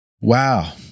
Wow